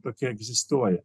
tokia egzistuoja